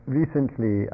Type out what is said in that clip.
recently